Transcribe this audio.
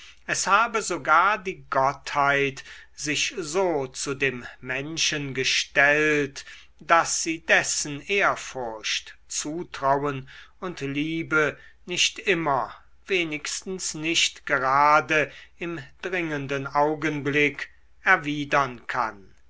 es habe sogar die gottheit sich so zu dem menschen gestellt daß sie dessen ehrfurcht zutrauen und liebe nicht immer wenigstens nicht grade im dringenden augenblick erwidern kann